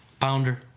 Pounder